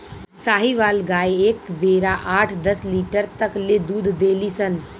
साहीवाल गाय एक बेरा आठ दस लीटर तक ले दूध देली सन